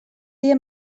dia